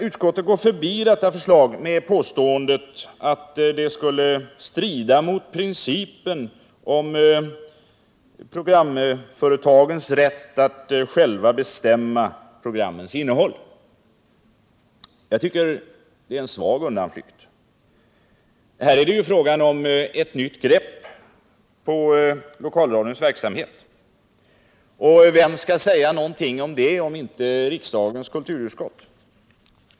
Utskottet går emellertid förbi detta förslag med påståendet att det skulle strida mot principen om programföretagens rätt att själva bestämma programmens innehåll. Jag tycker att det är en svag undanflykt. Här är det ju fråga om ett nytt grepp på lokalradions verksamhet. Och vem skall säga någonting om det, om inte riksdagens kulturutskott?